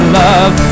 love